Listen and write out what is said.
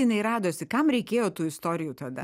jinai radosi kam reikėjo tų istorijų tada